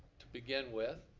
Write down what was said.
begin with.